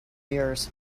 yours